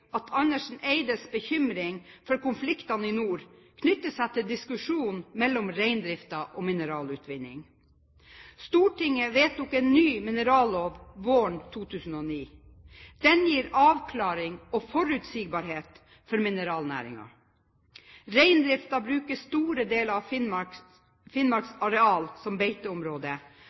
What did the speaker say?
at Andersen Eides bekymring for konfliktene i nord knytter seg til diskusjonen rundt reindrift og mineralutvinning. Stortinget vedtok en ny minerallov våren 2009. Den gir avklaring og forutsigbarhet for mineralnæringen. Reindriften bruker store deler av Finnmarks areal som beiteområde.